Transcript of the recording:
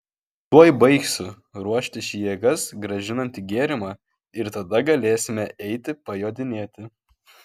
tuoj baigsiu ruošti šį jėgas grąžinantį gėrimą ir tada galėsime eiti pajodinėti